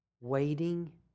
waiting